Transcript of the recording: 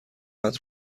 قدر